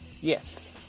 Yes